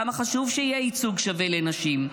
למה חשוב שיהיה ייצוג שווה לנשים?